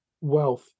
wealth